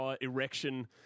erection